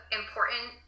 important